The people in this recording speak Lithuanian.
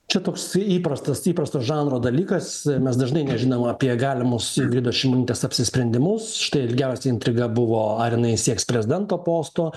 čia toks įprastas įprastas žanro dalykas mes dažnai nežinom apie galimus ingridos šimonytės apsisprendimus štai ilgiausia intriga buvo ar jinai sieks prezidento posto